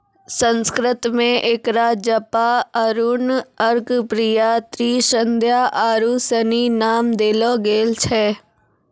संस्कृत मे एकरा जपा अरुण अर्कप्रिया त्रिसंध्या आरु सनी नाम देलो गेल छै